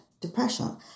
depression